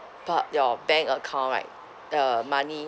park your bank account right uh money